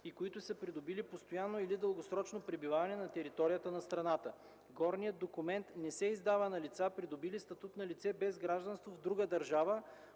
и които са придобили постоянно или дългосрочно пребиваване на територията на страната. Горният документ не се издава на лица, придобили статут на лице без гражданство в друга държава,